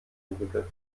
entwickelt